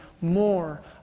more